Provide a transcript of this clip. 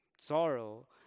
sorrow